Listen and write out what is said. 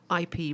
IP